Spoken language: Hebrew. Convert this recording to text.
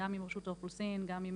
גם עם